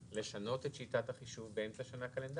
האם זה יוצר בעיות לשנות את שיטת החישוב באמצע שנה קלנדרית?